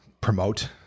promote